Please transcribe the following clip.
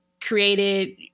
created